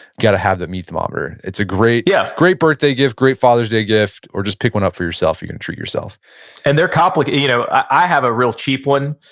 gotta have the meat thermometer. it's a great, yeah great birthday gift, great father's day gift. or just pick one up for yourself, you can treat yourself and they're complic, you know, i have a real cheap one.